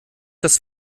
das